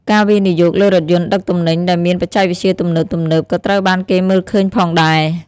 ការវិនិយោគលើរថយន្តដឹកទំនិញដែលមានបច្ចេកវិទ្យាទំនើបៗក៏ត្រូវបានគេមើលឃើញផងដែរ។